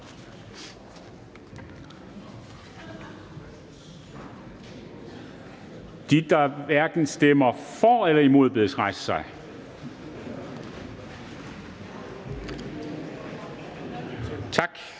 De, der stemmer hverken for eller imod, bedes rejse sig. Tak.